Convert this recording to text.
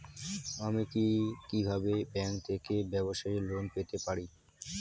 আমি কি কিভাবে ব্যাংক থেকে ব্যবসায়ী লোন পেতে পারি?